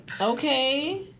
okay